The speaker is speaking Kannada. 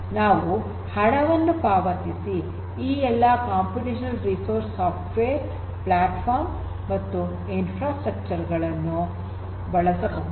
ನಾವು ಹಣವನ್ನು ಪಾವತಿಸಿ ಈ ಎಲ್ಲಾ ಕಂಪ್ಯೂಟೇಷನಲ್ ರಿಸೋರ್ಸ್ ಸಾಫ್ಟ್ವೇರ್ ಪ್ಲಾಟ್ಫಾರ್ಮ್ ಮತ್ತು ಇನ್ಫ್ರಾಸ್ಟ್ರಕ್ಚರ್ ಗಳನ್ನು ಬಳಸಬಹುದು